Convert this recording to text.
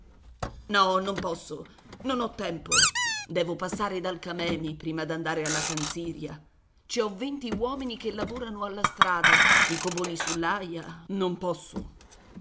no non posso non ho tempo devo passare dal camemi prima d'andare alla canziria ci ho venti uomini che lavorano alla strada i covoni sull'aia non posso